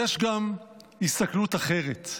יש גם הסתכלות אחרת.